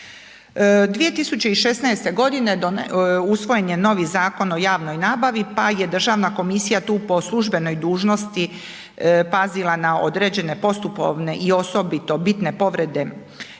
2016.g. usvojen je novi Zakon o javnoj nabavi, pa je državna komisija tu po službenoj dužnosti pazila na određene postupovne i osobito bitne povrede